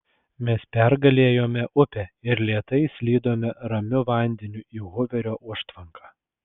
mes pergalėjome upę ir lėtai slydome ramiu vandeniu į huverio užtvanką